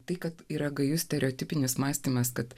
tai kad yra gajus stereotipinis mąstymas kad